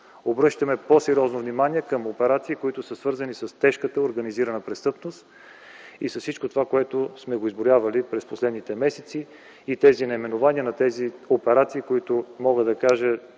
Обръщаме по-сериозно внимание на операции, които са свързани с тежката организирана престъпност и са всичко това, което сме изброявали през последните месеци и тези наименования на тези операции, за които мога да кажа